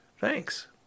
Thanks